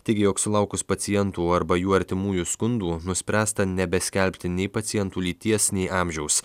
teigė jog sulaukus pacientų arba jų artimųjų skundų nuspręsta nebeskelbti nei pacientų lyties nei amžiaus